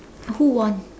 who won